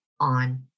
on